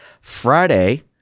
Friday